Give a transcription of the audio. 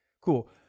Cool